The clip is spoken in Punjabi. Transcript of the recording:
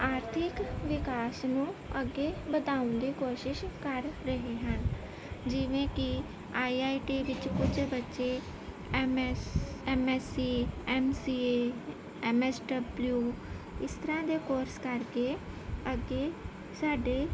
ਆਰਥਿਕ ਵਿਕਾਸ ਨੂੰ ਅੱਗੇ ਵਧਾਉਣ ਦੀ ਕੋਸ਼ਿਸ਼ ਕਰ ਰਹੇ ਹਨ ਜਿਵੇਂ ਕਿ ਆਈ ਆਈ ਟੀ ਵਿੱਚ ਕੁਝ ਬੱਚੇ M S M S C M C A M S W ਇਸ ਤਰ੍ਹਾਂ ਦੇ ਕੋਰਸ ਕਰਕੇ ਅੱਗੇ ਸਾਡੇ